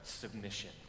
submission